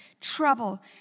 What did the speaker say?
trouble